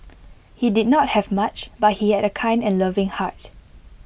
he did not have much but he had A kind and loving heart